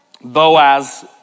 Boaz